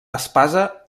espasa